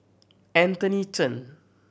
Anthony Chen